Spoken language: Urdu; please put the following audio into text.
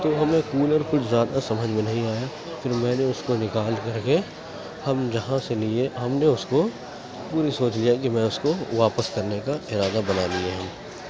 تو ہمیں کولر کچھ زیادہ سمجھ میں نہیں آیا پھر میں نے اس کو نکال کر کے ہم جہاں سے لیے ہم نے اس کو پوری سوچ لیا کہ میں اس کو واپس کرنے کا ارادہ بنا لیے ہم